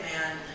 man